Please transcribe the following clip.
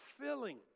filling